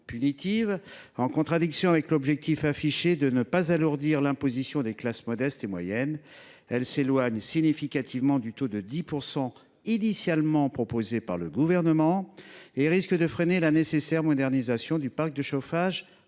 en contradiction avec l’objectif affiché de ne pas alourdir l’imposition des classes modestes et moyennes. Elle s’éloigne significativement du taux de 10 % initialement proposé par le Gouvernement et risque de freiner la nécessaire modernisation du parc de chauffage